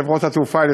חברות התעופה האלה,